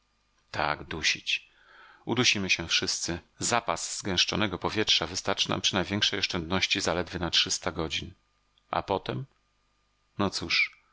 tak dusić udusimy się wszyscy zapas zgęszczonego powietrza wystarczy nam przy największej oszczędności zaledwie na trzysta godzin a potem no cóż